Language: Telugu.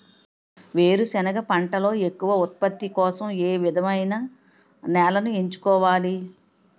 వేరుసెనగ పంటలో ఎక్కువ ఉత్పత్తి కోసం ఏ విధమైన నేలను ఎంచుకోవాలి?